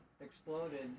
exploded